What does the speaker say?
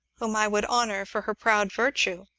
whom i would honor for her proud virtue.